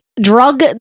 drug